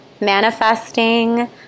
manifesting